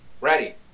Ready